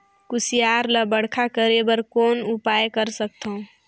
कुसियार ल बड़खा करे बर कौन उपाय कर सकथव?